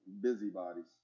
busybodies